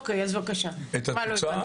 בבקשה, מה לא הבנת?